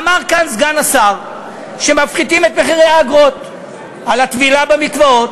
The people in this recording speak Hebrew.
אמר כאן סגן השר שמפחיתים את האגרות על הטבילה במקוואות.